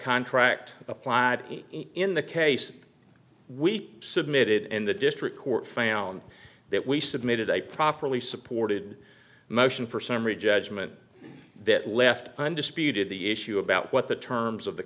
contract applied in the case we submitted in the district court found that we submitted a properly supported motion for summary judgment that left undisputed the issue about what the terms of the